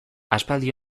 aspaldi